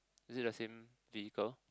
is it the same vehicle